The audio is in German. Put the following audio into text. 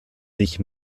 sich